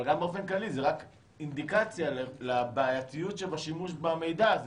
אבל גם באופן כללי זה רק אינדיקציה לבעייתיות שבשימוש במידע הזה.